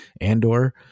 Andor